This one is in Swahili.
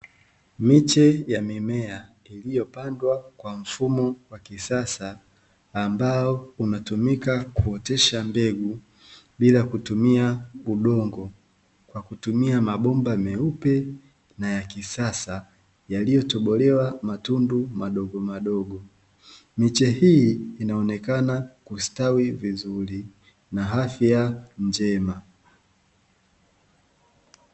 Miche ya mimea iliyopandwa kwa mfumo wa kisasa, ambao unatumika kuotesha mbegu, bila kutumia udongo kwa kutumia mabomba meupe na ya kisasa yaliyo tobolewa matundu madogo madogo, miche hii inaonekana kustawi vizuri na afya njema.